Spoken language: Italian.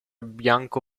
bianco